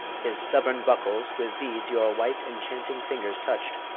his stubborn buckles, with these your white enchanting fingers touch'd,